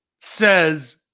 says